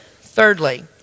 thirdly